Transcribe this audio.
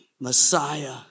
Messiah